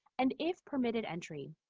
and if permitted entry,